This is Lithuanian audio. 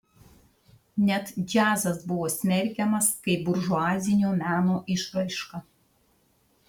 net džiazas buvo smerkiamas kaip buržuazinio meno išraiška